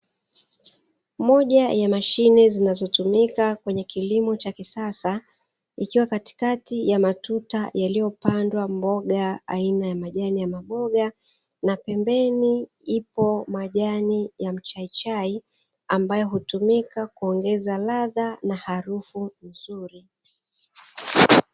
Moja ya mashine zinazotumika kwenye kilimo cha kisasa, ikiwa katikati ya matuta yaliyopandwa mboga aina ya majani ya maboga na pembeni ipo majani ya mchaichai ambayo hutumika kuongeza ladha na harufu nzuri.